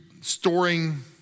storing